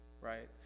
right